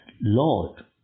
Lord